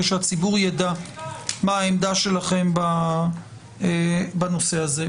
שהציבור יידע מה העמדה שלכם בנושא הזה.